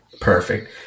Perfect